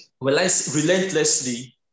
relentlessly